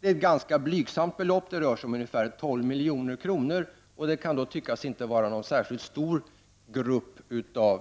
Det rör sig om ett ganska blygsamt belopp, 12 milj.kr. Yrkeslärarna kan tyckas inte vara en särskilt stor grupp